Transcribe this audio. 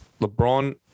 LeBron